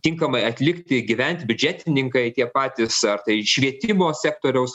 tinkamai atlikti gyventi biudžetininkai tie patys ar tai švietimo sektoriaus